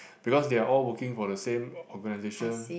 because they are all working for the same organisation